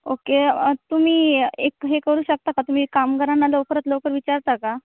okay तुम्ही एक हे करू शकता का तुम्ही कामगारांना लवकरात लवकर विचारता का